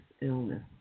Illness